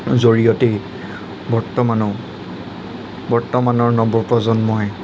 জৰিয়তেই বৰ্তমানো বৰ্তমানৰ নৱ প্ৰজন্মই